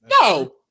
No